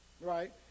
right